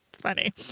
funny